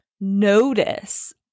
notice